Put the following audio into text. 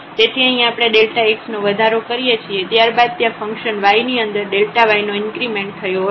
તેથી અહી આપણે x નો વધારો કરીએ છીએ ત્યારબાદ ત્યાં ફંકશન y ની અંદર y નો ઇન્ક્રીમેન્ટ થયો હતો